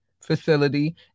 facility